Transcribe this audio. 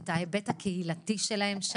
את ההיבט הקהילתי שלהם.